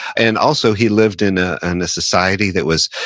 and also, he lived in a and society that was,